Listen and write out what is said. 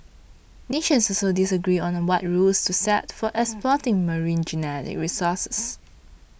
nations also disagree on a what rules to set for exploiting marine genetic resources